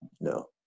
no